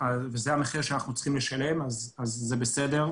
אנחנו כמובן שומעים את הכול ואנחנו פועלים במרץ,